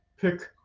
pick